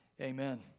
Amen